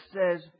says